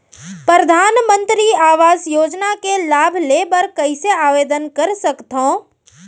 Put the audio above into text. परधानमंतरी आवास योजना के लाभ ले बर कइसे आवेदन कर सकथव?